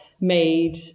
made